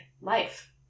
life